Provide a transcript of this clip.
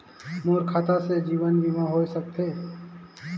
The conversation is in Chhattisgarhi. मोर खाता से जीवन बीमा होए सकथे?